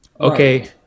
Okay